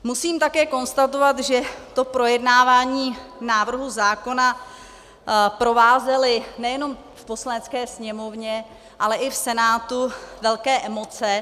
Musím také konstatovat, že to projednávání návrhu zákona provázely nejenom v Poslanecké sněmovně, ale i v Senátu velké emoce.